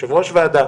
כיושבת ראש הוועדה,